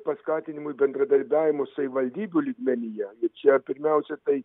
paskatinimui bendradarbiavimo savivaldybių lygmenyje ir čia pirmiausia tai